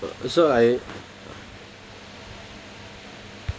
uh so I